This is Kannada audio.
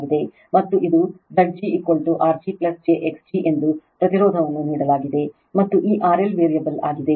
ಮತ್ತು ಇದು Zg R g j x g ಎಂದು ಪ್ರತಿರೋಧವನ್ನು ನೀಡಲಾಗಿದೆ ಮತ್ತು ಈ RL ವೇರಿಯಬಲ್ ಆಗಿದೆ